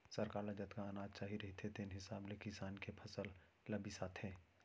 सरकार ल जतका अनाज चाही रहिथे तेन हिसाब ले किसान के फसल ल बिसाथे